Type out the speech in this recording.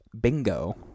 bingo